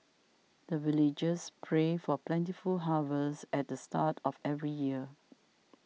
the villagers pray for plentiful harvest at the start of every year